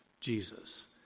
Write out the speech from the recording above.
Jesus